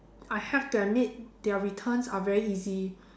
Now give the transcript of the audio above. I have to admit their returns are very easy